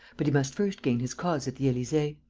but he must first gain his cause at the elysee.